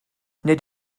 nid